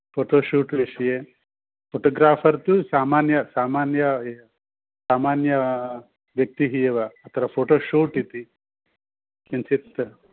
photo shoot विषये photographer तु सामान्यः सामान्यः एव सामान्यव्यक्तिः एव अत्र फ़ोटो शूट् इति किञ्चित्